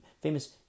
famous